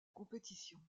compétition